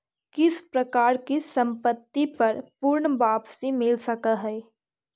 किस प्रकार की संपत्ति पर पूर्ण वापसी मिल सकअ हई